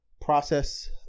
process